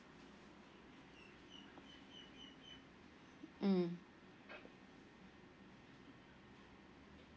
mm